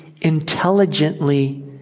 intelligently